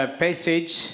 passage